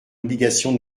obligation